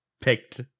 picked